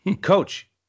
Coach